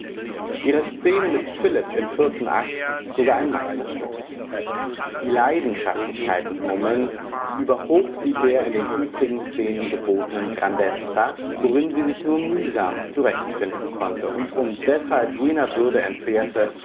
ihre szene mit philipp im vierten akt sogar ein meisterstück die leidenschaftlichkeit des moments überhob sie der in den übrigen szenen gebotenen grandezza worin sie sich nur mühsam zurechtfinden konnte und um deshalb jener würde entbehrte